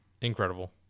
Incredible